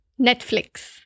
Netflix